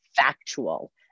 Factual